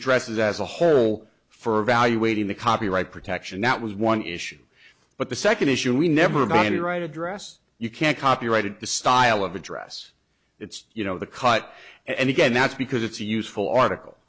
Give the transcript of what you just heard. dresses as a whole for evaluating the copyright protection that was one issue but the second issue we never about any right address you can't copyright it the style of address it's you know the cut and again that's because it's a useful article